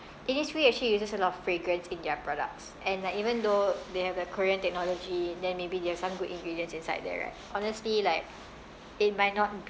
Innisfree actually uses a lot of fragrance in their products and like even though they have the korean technology and then maybe they have some good ingredients inside there right honestly like it might not be